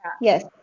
Yes